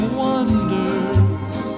wonders